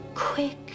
Quick